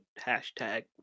hashtag